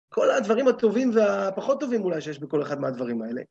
כל הדברים הטובים והפחות טובים אולי שיש בכל אחד מהדברים האלה.